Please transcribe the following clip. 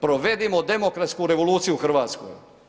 Provedimo demokratsku revoluciju u Hrvatskoj.